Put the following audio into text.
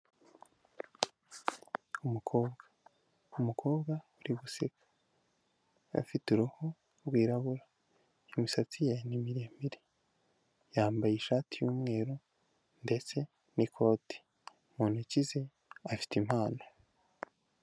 Umukobwa, umukobwa uri guseka afite uruhu rwirabura, imisatsi ye ni miremire yambaye ishati y'umweru ndetse n'ikoti mu ntoki ze afite impano.